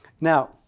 Now